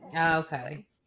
okay